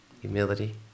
Humility